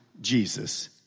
Jesus